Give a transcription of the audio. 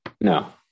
no